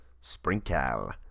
sprinkle